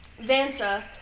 Vansa